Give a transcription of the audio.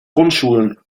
grundschulen